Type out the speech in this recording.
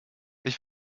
ich